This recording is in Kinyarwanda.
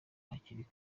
hakiri